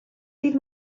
dydd